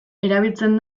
erabiltzen